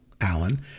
Alan